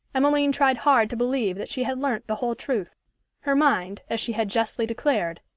emmeline tried hard to believe that she had learnt the whole truth her mind, as she had justly declared,